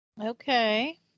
Okay